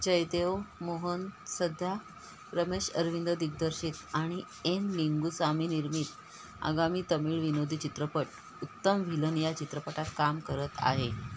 जयदेव मोहन सध्या रमेश अरविंद दिग्दर्शित आणि एन लिंगुसामी निर्मित आगामी तमिळ विनोदी चित्रपट उत्तम व्हिलन या चित्रपटात काम करत आहे